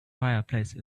fireplace